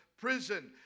prison